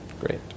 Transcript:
Great